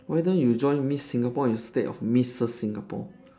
why don't you join miss singapore instead of missus singapore